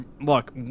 look